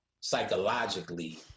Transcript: psychologically